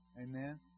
Amen